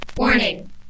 Warning